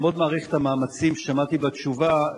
אני מאוד מעריך את המאמצים ששמעתי עליהם בתשובה,